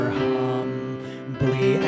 humbly